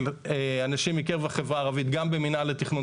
אנשים מקרב החברה הערבית גם במינהל התכנון.